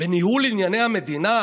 בניהול ענייני המדינה,